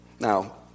Now